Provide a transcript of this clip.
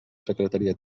secretaria